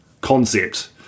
concept